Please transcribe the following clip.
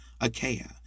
Achaia